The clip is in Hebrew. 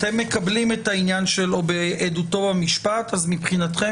אתם מקבלים את העניין של עדותו במשפט ומבחינתכם